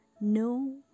no